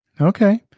Okay